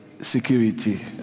Security